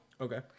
Okay